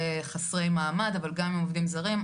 אבל גם עובדים זרים,